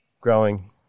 growing